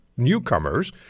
newcomers